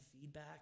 feedback